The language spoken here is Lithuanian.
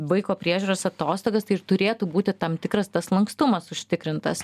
vaiko priežiūros atostogas tai turėtų būti tam tikras tas lankstumas užtikrintas